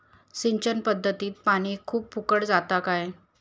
सिंचन पध्दतीत पानी खूप फुकट जाता काय?